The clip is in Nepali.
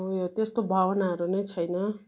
उयो त्यस्तो भावनाहरू नै छैन